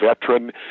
veteran